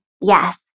yes